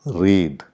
read